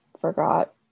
forgot